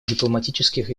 дипломатических